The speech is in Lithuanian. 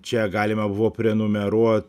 čia galima buvo prenumeruot